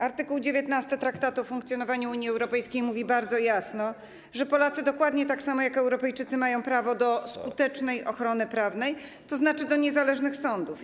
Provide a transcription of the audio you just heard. Art. 19 Traktatu o funkcjonowaniu Unii Europejskiej mówi bardzo jasno, że Polacy dokładnie tak samo jak Europejczycy mają prawo do skutecznej ochrony prawnej, tzn. do niezależnych sądów.